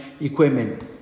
equipment